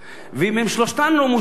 אם שלושתן לא מאושרות,